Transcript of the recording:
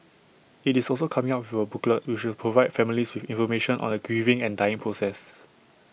IT is also coming up with A booklet which will provide families with information on the grieving and dying process